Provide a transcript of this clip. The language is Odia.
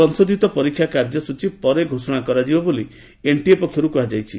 ସଂଶୋଧିତ ପରୀକ୍ଷା କାର୍ଯ୍ୟସୂଚୀ ପରେ ଘୋଷଣା କରାଯିବ ବୋଲି ଏନ୍ଟିଏ ପକ୍ଷରୁ କୁହାଯାଇଛି